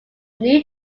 new